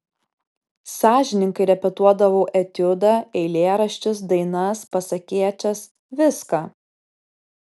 sąžiningai repetuodavau etiudą eilėraščius dainas pasakėčias viską